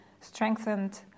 strengthened